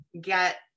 get